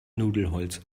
nudelholz